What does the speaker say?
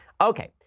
Okay